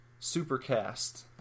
Supercast